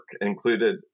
included